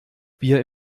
bier